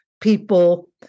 people